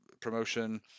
promotion